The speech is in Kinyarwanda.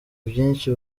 byinshi